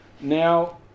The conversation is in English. Now